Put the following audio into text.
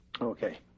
Okay